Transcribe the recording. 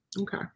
Okay